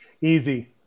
Easy